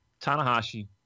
Tanahashi